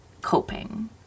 coping